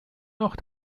noch